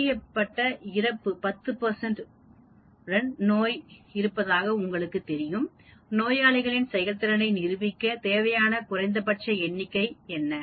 அறியப்பட்ட இறப்பு 10 உடன் ஒரு நோய் இருப்பதாக உங்களுக்குத் தெரியும்நோயாளிகளின் செயல்திறனை நிரூபிக்க தேவையான குறைந்தபட்ச எண்ணிக்கை என்ன